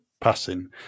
passing